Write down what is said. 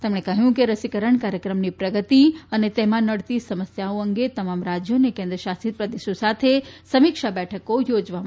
તેમણે કહ્યું કે રસીકરણ કાર્યક્રમની પ્રગતિ તથા તેમાં નડતી સમસ્યાઓ અંગે તમામ રાજ્યો અને કેન્દ્ર શાસિત પ્રદેશો સાથે સમીક્ષા બેઠકો યોજવામાં આવી છે